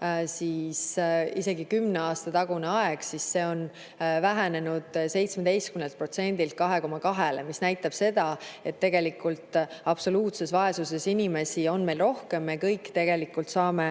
Kui võtta kümne aasta tagune aeg, siis see näitaja on vähenenud 17%-lt 2,2%-le, mis näitab seda, et tegelikult absoluutses vaesuses inimesi on meil [vähem], me kõik saame